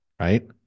right